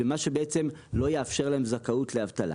דבר שבעצם לא יאפשר להם זכאות לאבטלה.